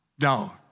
No